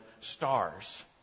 stars